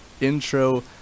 intro